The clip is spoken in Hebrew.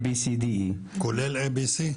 A, B, C, D, E. כולל A, B, C?